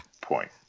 point